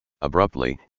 Abruptly